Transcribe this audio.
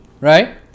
right